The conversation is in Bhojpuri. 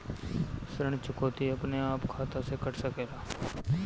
ऋण चुकौती अपने आप खाता से कट सकेला?